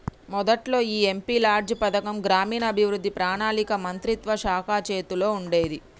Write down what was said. మొదట్లో ఈ MP LADS పథకం గ్రామీణాభివృద్ధి పణాళిక మంత్రిత్వ శాఖ చేతుల్లో ఉండేది